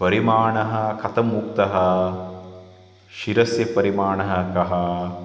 परिमाणः कथम् उक्तः शिरस्य परिमाणः कः